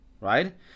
Right